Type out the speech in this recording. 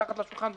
מתחת לשולחן,